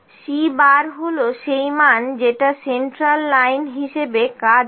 C হলো সেই মান যেটা সেন্ট্রাল লাইন হিসেবে কাজ করে